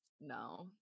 no